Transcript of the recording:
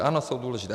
Ano, jsou důležití.